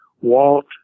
Walt